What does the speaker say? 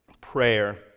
prayer